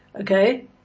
Okay